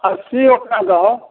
अस्सी ओकरा दहो